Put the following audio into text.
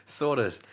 Sorted